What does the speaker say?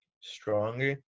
stronger